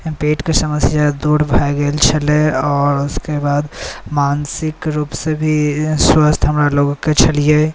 पेटके समस्या दूर भऽ गेल छलै आओर ओकर बाद मानसिक रूपसँ भी स्वस्थ्य हमरा लोक कऽ छलिए